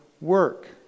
work